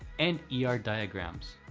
and yeah er diagrams.